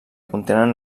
contenen